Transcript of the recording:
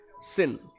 sin